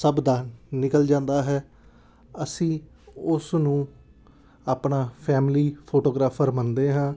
ਸਭ ਦਾ ਨਿਕਲ ਜਾਂਦਾ ਹੈ ਅਸੀਂ ਉਸਨੂੰ ਆਪਣਾ ਫੈਮਲੀ ਫੋਟੋਗ੍ਰਾਫਰ ਮੰਨਦੇ ਹਾਂ